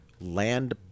Land